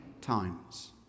times